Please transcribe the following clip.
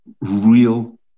real